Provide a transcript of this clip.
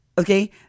Okay